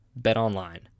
BetOnline